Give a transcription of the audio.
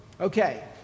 Okay